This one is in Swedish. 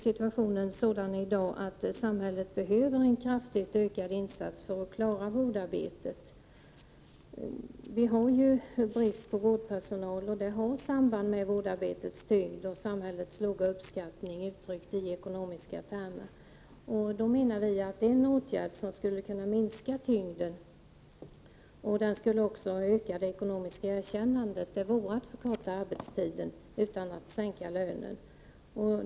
Situationen är sådan i dag, att samhället behöver en kraftigt utökad insats för att klara vårdarbetet. Vi har brist på vårdpersonal, och det har samband med vårdarbetets tyngd och samhällets låga uppskattning uttryckt i ekonomiska termer. Vi menar att den åtgärd som skulle minska belastningen, och även öka det ekonomiska erkännandet, vore att förkorta arbetstiden utan att sänka lönen.